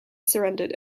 surrendered